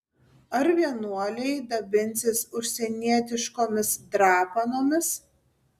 ar vienuoliai dabinsis užsienietiškomis drapanomis